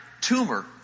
tumor